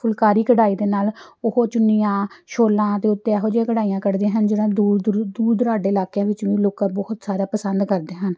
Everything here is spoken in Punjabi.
ਫੁਲਕਾਰੀ ਕਢਾਈ ਦੇ ਨਾਲ ਉਹ ਚੁੰਨੀਆਂ ਸ਼ੋਲਾਂ ਦੇ ਉੱਤੇ ਇਹੋ ਜਿਹੀਆਂ ਕਢਾਈਆਂ ਕੱਢਦੀਆਂ ਹਨ ਜਿਹੜਾ ਦੂਰ ਦਰੂ ਦੂਰ ਦੁਰਾਡੇ ਇਲਾਕਿਆਂ ਵਿੱਚ ਵੀ ਲੋਕਾਂ ਬਹੁਤ ਸਾਰਾ ਪਸੰਦ ਕਰਦੇ ਹਨ